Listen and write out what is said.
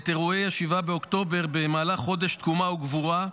את אירועי 7 באוקטובר במהלך חודש תקומה וגבורה,